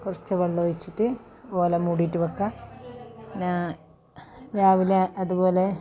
കുറച്ച് വെള്ളം ഒഴിച്ചിട്ട് ഇതുപോലെ മൂടിയിട്ട് വയ്ക്കുക രാവിലെ അതുപോലെ